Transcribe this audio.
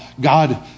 God